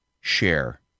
share